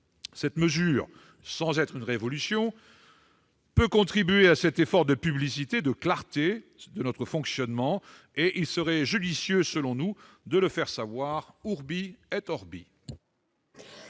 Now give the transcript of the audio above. Cette mesure, sans être une révolution, peut contribuer à cet effort de publicité, de clarté de notre fonctionnement. Selon nous, il serait judicieux de le faire savoir. Quel est l'avis